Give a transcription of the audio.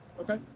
okay